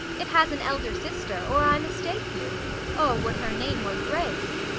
it has an elder sister, or i mistake you o, would her name were grace!